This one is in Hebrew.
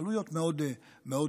עלויות מאוד כבדות.